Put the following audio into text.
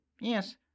Yes